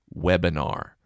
webinar